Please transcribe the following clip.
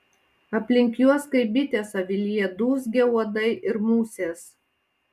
aplink juos kaip bitės avilyje dūzgia uodai ir musės